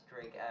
Drake